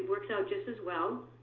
works out just as well.